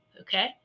Okay